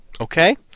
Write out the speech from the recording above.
Okay